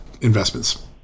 investments